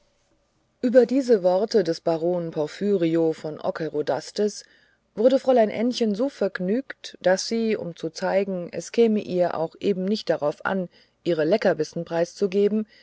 über diese worte des baron porphyrio von ockerodastes wurde fräulein ännchen so vergnügt daß sie um zu zeigen es käme ihr auch eben nicht darauf an ihre leckerbissen preiszugeben